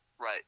Right